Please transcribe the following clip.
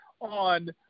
on